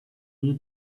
near